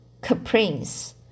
caprice